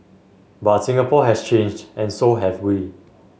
but Singapore has changed and so have we